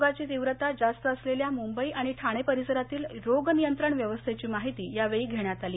रोगाची तीव्रता जास्त असलेल्या मुंबई आणि ठाणे परिसरातील रोग नियंत्रण व्यवस्थेची माहिती यावेळी घेण्यात आली